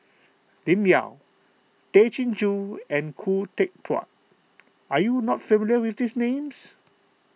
Lim Yau Tay Chin Joo and Khoo Teck Puat are you not familiar with these names